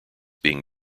being